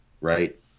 Right